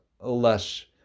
less